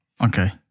okay